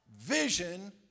Vision